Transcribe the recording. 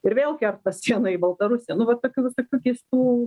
ir vėl kerta sieną į baltarusiją nu vat tokių visokių keistų